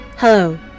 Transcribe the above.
Hello